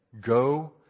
Go